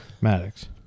Maddox